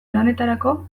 lanetarako